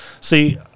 See